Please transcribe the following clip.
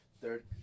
third